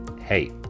hey